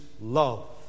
love